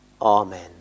Amen